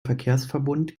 verkehrsverbund